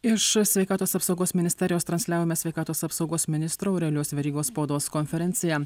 iš sveikatos apsaugos ministerijos transliavome sveikatos apsaugos ministro aurelijaus verygos spaudos konferenciją